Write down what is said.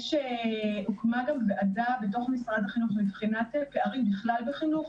הוקמה גם ועדה בתוך משרד החינוך לבחינת פערים בכלל בחינוך,